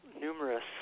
numerous